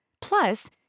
Plus